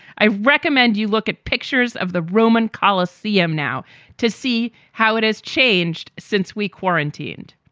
i recommend you look at pictures of the roman coliseum now to see how it has changed since we quarantined.